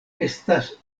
estas